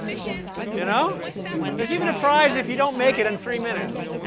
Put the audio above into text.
you know there's even a prize if you don't make it in three minutes.